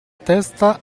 testa